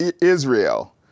Israel